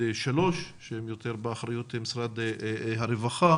שלוש שהם יותר באחריות משרד הרווחה,